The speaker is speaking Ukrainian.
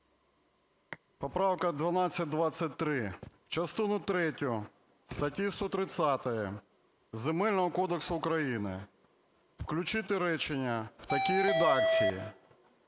Поправка 1223: "В частину третю статті 130 Земельного кодексу України включити речення в такій редакції: